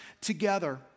together